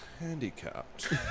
handicapped